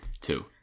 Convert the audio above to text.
two